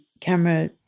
camera